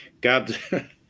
God